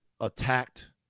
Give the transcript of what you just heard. attacked